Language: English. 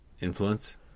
influence